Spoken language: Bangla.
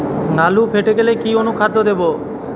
আলু ফেটে গেলে কি অনুখাদ্য দেবো?